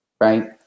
Right